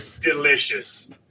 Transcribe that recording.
Delicious